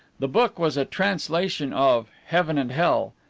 the book was a translation of heaven and hell.